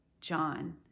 John